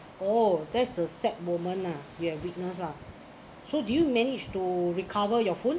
oh that's a sad moment ah you have witness ah so do you managed to recover your phone